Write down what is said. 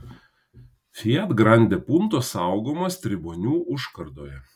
fiat grande punto saugomas tribonių užkardoje